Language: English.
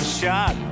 shot